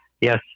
Yes